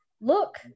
look